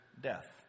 death